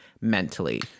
mentally